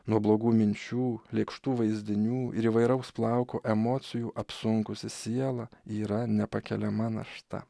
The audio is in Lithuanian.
nuo blogų minčių lėkštų vaizdinių ir įvairaus plauko emocijų apsunkusi siela yra nepakeliama našta